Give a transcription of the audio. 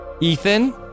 ethan